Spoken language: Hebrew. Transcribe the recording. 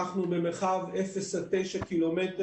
אנחנו במרחב 0 9 קילומטרים